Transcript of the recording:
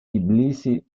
tbilisi